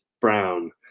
Brown